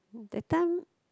that time